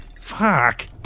Fuck